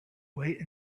wait